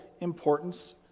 importance